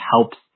helps